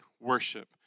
worship